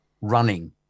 running